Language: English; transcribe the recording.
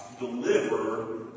deliver